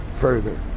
further